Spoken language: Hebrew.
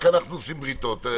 רק אנחנו עושים בריתות...